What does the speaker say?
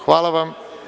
Hvala vam.